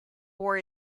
war